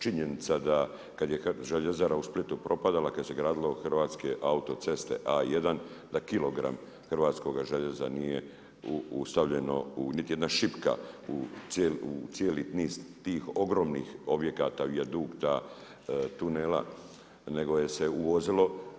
Činjenica da kada željezara u Splitu propadala, kad se gradilo hrvatske autoceste, A1, na kilogram hrvatskoga željeza nije stavljeno niti jedna šipka u cijeli niz tih ogromnih objekata vijadukta, tunela, nego je se uvozilo.